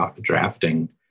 drafting